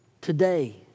Today